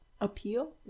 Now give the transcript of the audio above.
Appeal